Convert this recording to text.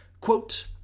Quote